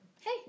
Hey